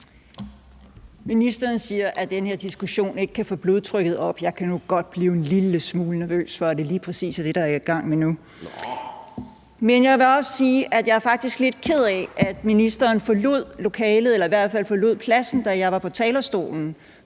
Ministeren siger, at den her diskussion ikke kan få hans blodtryk op. Jeg kan jo godt blive en lille smule nervøs for, at det er lige præcis er det, der er i gang nu. (Kulturministeren (Jakob Engel-Schmidt): Nåh!) Men jeg vil også sige, at jeg faktisk er lidt ked af, at ministeren forlod lokalet eller i hvert fald forlod sin plads, da jeg var på talerstolen,